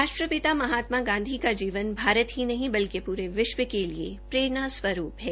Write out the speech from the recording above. राष्ट्रपिता महात्मा गांधी का जीवन भारत ही नहीं वरन प्रे विश्व के लिए प्रेरणा स्वरूप है